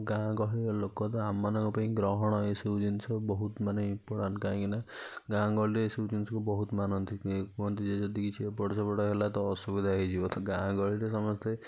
ଗାଁ ଗହଳିର ଲୋକ ତ ଆମମାନଙ୍କ ପାଇଁ ଗ୍ରହଣ ଏ ସବୁ ଜିନିଷ ବହୁତ ମାନେ ଇମ୍ପୋଟାଣ୍ଟ୍ କାହିଁକି ନା ର୍ଗାଁ ଗହଳିରେ ଏ ସବୁ ଜିନିଷକୁ ବହୁତ ମାନନ୍ତି କୁହନ୍ତି ଯେ ଯଦି କିଛି ଏପଟ ସେପଟ ହେଲା ତ ଅସୁବିଧା ହେଇଯିବ ତ ଗାଁ ଗହଳିରେ ସମସ୍ତେ